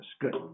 Good